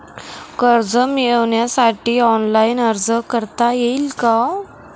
कर्ज मिळविण्यासाठी ऑनलाइन अर्ज करता येईल का?